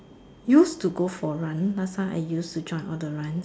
used to go for a run last time I used to join all the runs